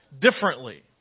differently